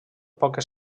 poques